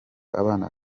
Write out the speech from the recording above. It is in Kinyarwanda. abana